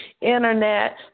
internet